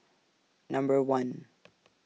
Number one